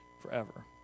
forever